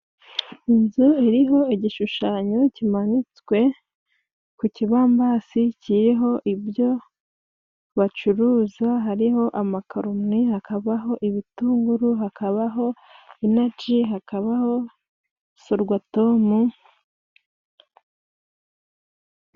Inzu iri ho igishushanyo kimanitswe ku kibambasi kiriho ibyo bacuruza, hariho amakaruni, hakabaho ibitunguru, hakabaho inaji, hakabaho sorwatomu.